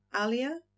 Alia